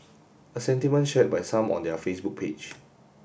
a sentiment shared by some on their Facebook page